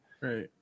Right